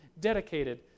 dedicated